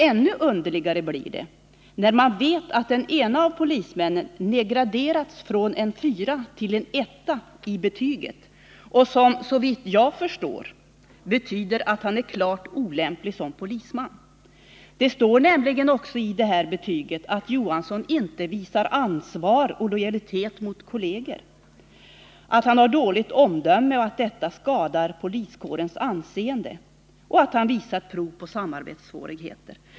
Ännu underligare blir det när man vet att den ene av polismännen nedgraderats från en fyra till en etta i betyg, vilket såvitt jag förstår betyder att han är klart olämplig som polisman. Det står nämligen också i det här betyget att Johansson inte visat ansvar och lojalitet mot kolleger, att han har dåligt omdöme och att detta skadar poliskårens anseende samt att han visat prov på samarbetssvårigheter.